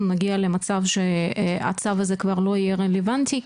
נגיע למצב שהצו הזה כבר לא יהיה רלוונטי?